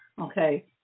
okay